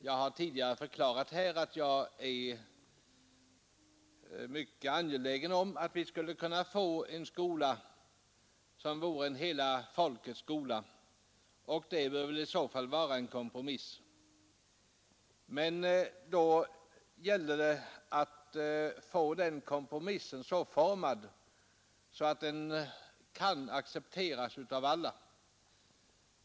Jag har tidigare förklarat att jag är mycket angelägen om att vi skulle kunna få en skola å fall vara en som vore en hela folkets skola, och det bör väl i kompromiss. Men då gäller det att få den kompromissen så formad att den kan accepteras av alla.